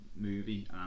movie